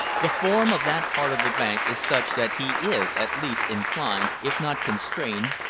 the form of that part of the bank is such that he is at least inclined, if not constrained,